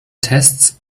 tests